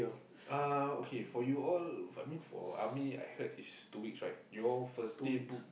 uh okay for you all I mean for Army I heard is two weeks right you all first day book